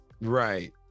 Right